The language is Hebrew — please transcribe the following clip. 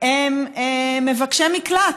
הם מבקשי מקלט?